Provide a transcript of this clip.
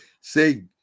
say